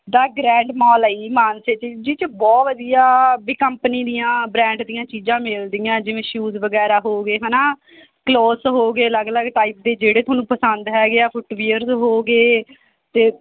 ਦਾ grand mall ਆ ਜੀ ਮਾਨਸੇ 'ਚ ਜਿਸ 'ਚ ਬਹੁਤ ਵਧੀਆ ਵੀ ਕੰਪਨੀ ਦੀਆਂ ਬ੍ਰੈਂਡ ਦੀਆਂ ਚੀਜ਼ਾਂ ਮਿਲਦੀਆਂ ਜਿਵੇਂ ਸ਼ੂਜ਼ ਵਗੈਰਾ ਹੋ ਗਏ ਹੈ ਨਾ ਕਲੋਥਸ ਹੋ ਗਏ ਅਲੱਗ ਅਲੱਗ ਟਾਈਪ ਦੇ ਜਿਹੜੇ ਤੁਹਾਨੂੰ ਪਸੰਦ ਹੈ ਜਾਂ ਫੁੱਟਵੀਅਰਜ ਹੋ ਗਏ ਅਤੇ